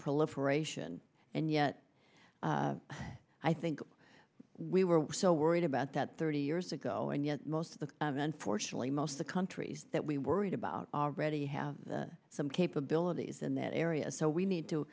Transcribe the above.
proliferation and yet i think we were so worried about that thirty years ago and yet most of the events fortunately most the countries that we worried about already have some capabilities in that area so we need to